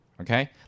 okay